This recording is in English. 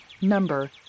Number